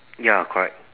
ya correct